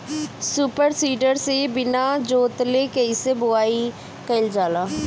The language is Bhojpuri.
सूपर सीडर से बीना जोतले कईसे बुआई कयिल जाला?